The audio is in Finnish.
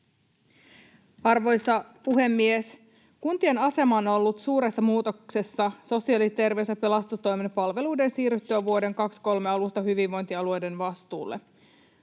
Arvoisa puhemies! Kuntien asema on ollut suuressa muutoksessa sosiaali-, terveys- ja pelastustoimen palveluiden siirryttyä vuoden 23 alusta hyvinvointialueiden vastuulle.